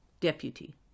deputy